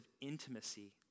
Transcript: intimacy